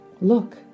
Look